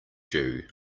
dew